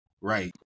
right